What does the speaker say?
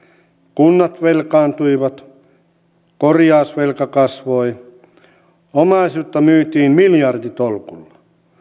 kunnat velkaantuivat korjausvelka kasvoi omaisuutta myytiin miljarditolkulla